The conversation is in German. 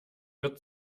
wird